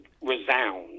resound